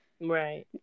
Right